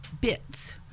BITS